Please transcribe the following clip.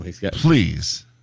Please